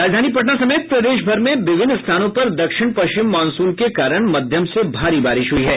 राजधानी पटना समेत प्रदेशभर में विभिन्न स्थानों पर दक्षिण पश्चिम मॉनसून के कारण मध्यम से भारी बारिश हुयी है